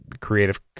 creative